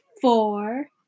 four